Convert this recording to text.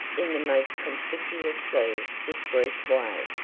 in the most conspicuously discreet way,